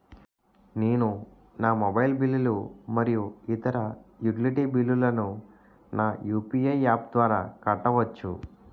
నేను నా మొబైల్ బిల్లులు మరియు ఇతర యుటిలిటీ బిల్లులను నా యు.పి.ఐ యాప్ ద్వారా కట్టవచ్చు